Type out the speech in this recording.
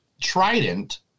trident